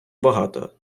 багато